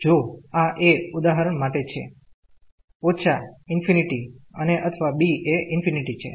જો આ a ઉદાહરણ માટે છે −∞ અને અથવા b એ ∞ છે